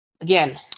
again